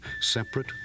separate